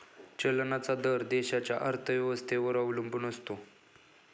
चलनाचा दर देशाच्या अर्थव्यवस्थेवर अवलंबून असतो